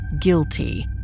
guilty